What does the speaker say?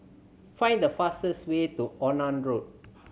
find the fastest way to Onan Road